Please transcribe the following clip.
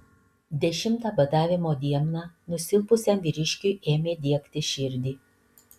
dešimtą badavimo dieną nusilpusiam vyriškiui ėmė diegti širdį